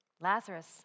Lazarus